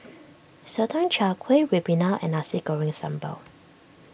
Sotong Char Kway Ribena and Nasi Goreng Sambal